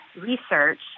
research